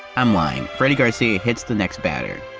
i'm lying, freddy garcia hits the next batter.